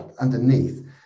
underneath